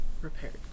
repaired